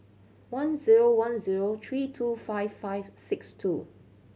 one zero one zero three two five five six two